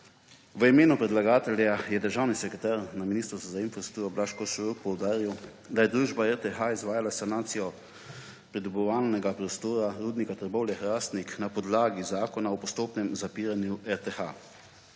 V imenu predlagatelja je državni sekretar na Ministrstvu za infrastrukturo Blaž Košorok poudaril, da je družba RTH izvajala sanacijo pridobivalnega prostora Rudnika Trbovlje-Hrastnik na podlagi zakona o postopnem zapiranju RTH,